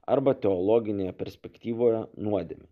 arba teologinėje perspektyvoje nuodėmių